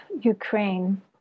Ukraine